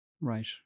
Right